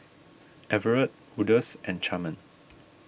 Everet Odus and Carmen